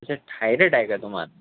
अच्छा थायराइड आहे का तुम्हाला